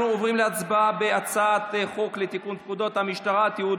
אנחנו עוברים להצבעה על הצעת חוק לתיקון פקודת המשטרה (תיעוד